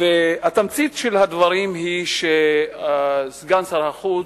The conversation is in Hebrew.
תמצית הדברים היא שסגן שר החוץ,